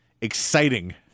exciting